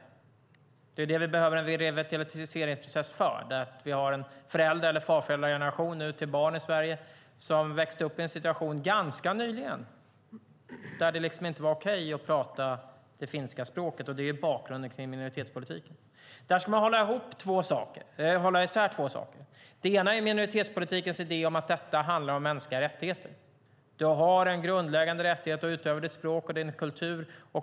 Det är det vi behöver en revitaliseringsprocess för. Vi har föräldrar, far och morföräldrar till barn i Sverige som växte upp i en situation, och det ganska nyligen, där det inte var okej att tala det finska språket. Det är bakgrunden till minoritetspolitiken. Där ska man hålla isär två saker. Det ena är minoritetspolitikens idé om att detta handlar om mänskliga rättigheter. Du har en grundläggande rättighet att utöva ditt språk och din kultur.